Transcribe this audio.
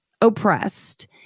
oppressed